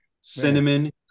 Cinnamon